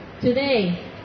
Today